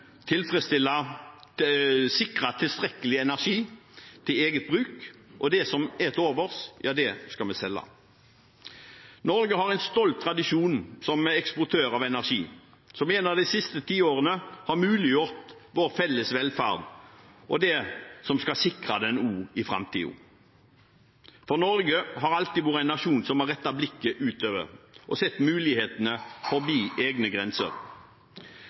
sikre tilstrekkelig energi til eget bruk, og det som er til overs, skal vi selge. Norge har en stolt tradisjon som eksportør av energi, som gjennom de siste tiårene har muliggjort vår felles velferd, og som også skal sikre den i framtiden. For Norge har alltid vært en nasjon som har rettet blikket utover og sett mulighetene forbi egne grenser.